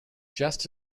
just